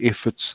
efforts